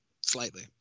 Slightly